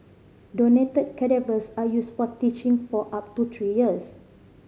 donated cadavers are used for teaching for up to three years